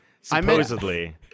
Supposedly